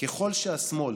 ככל שהשמאל